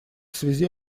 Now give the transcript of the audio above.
связи